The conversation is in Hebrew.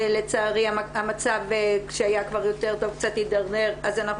לצערי המצב שהיה כבר יותר טוב קצת הידרדר אז אנחנו